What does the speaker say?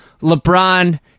LeBron